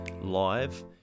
live